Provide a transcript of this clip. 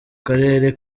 karere